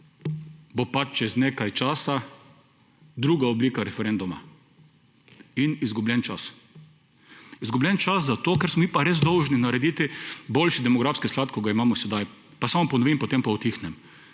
bo pač čez nekaj časa druga oblika referenduma. In izgubljen čas. Izgubljen čas zato, ker smo mi pa res dolžni narediti boljši demografski sklad kot ga imamo sedaj. Pa samo ponovim, potem pa utihnem.